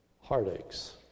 heartaches